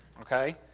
okay